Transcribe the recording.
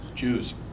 Jews